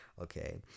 okay